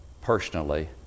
personally